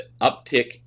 uptick